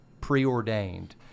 preordained